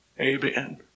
Amen